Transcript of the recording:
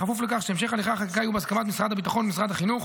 בכפוף לכך שהמשך הליכי החקיקה יהיה בהסכמת משרד הביטחון ומשרד החינוך,